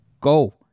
go